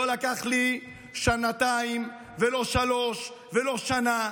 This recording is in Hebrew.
לא לקח לי שנתיים ולא שלוש ולא שנה,